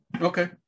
Okay